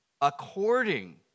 According